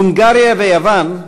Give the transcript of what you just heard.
הונגריה ויוון,